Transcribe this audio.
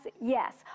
yes